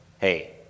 hey